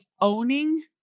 owning